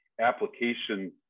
application